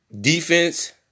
defense